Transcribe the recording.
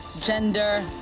gender